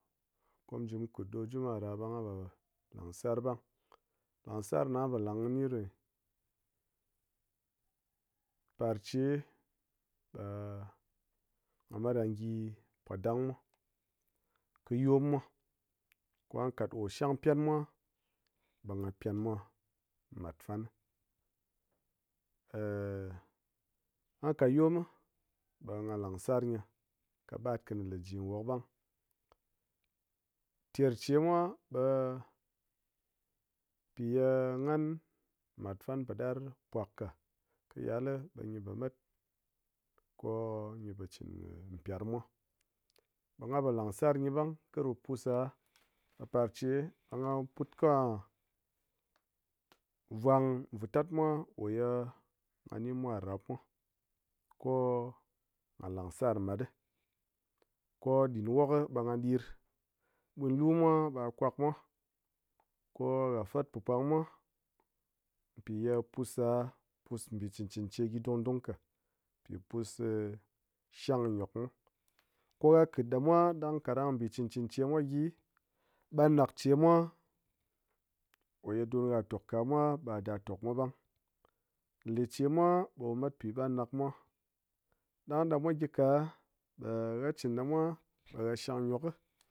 Ko mu ji mu kɨ ɗo juma'a ɗa ɓa ngha po langsar ɓang, langsar ye nghan po lang kɨ gyi ɗo ngyi. Parche ɓe ngha mat ngha gyi potang mwa, kɨ yom mwa kɨ ngha kat ko shang pyan mwa ɓe ngha pyan mwa mat fan. ngha kat yom ɓe ngha langsar gyi kɨ mat kɨni le ji wok ɓang, ter che mwa ɓe-e nghan mat fan po ɗar pok ka, kɨ yal ɓe gyi po mat ko-o gyi po chin pyerm mwa ɓe ngan po langsar gyi ɓang kɨ ru pus ɗa ɓe parche ɓe ngha put kɨ ha, vwang vitat mwa koye ngha ni mwa rap mwa ko ngha langsar mat ko ɗin wok ɓe ngha ɗir, ɓwinlu mwa ɓe ngha kwakmwa ko ha fat po pang mwa pi ye pus ɗa pus mbi chɨn chɨn che gyi dung dung ka pi pus shang ngok mwa, ko ha kɨtɗamwa ɗang kaɗang bi chɨn chɨn che mwa gyi, ɓangɗak che mwa ko ye don ha tok ka mwa ɓe ha da tokmwa ɓang, le che mwa ɓe wu mat pi ɓangɗak mwa ɗang ɗa mwa gyi ka ɓe ha chin ɗamwa ɓe ha shang ngyok kɨ